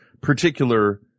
particular